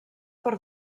per